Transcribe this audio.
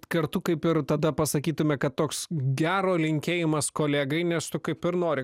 kartu kaip ir tada pasakytume kad toks gero linkėjimas kolegai nes tu kaip ir nori